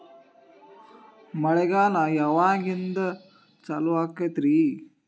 ಮಳೆಗಾಲ ಯಾವಾಗಿನಿಂದ ಚಾಲುವಾಗತೈತರಿ?